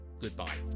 goodbye